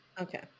okay